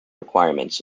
requirements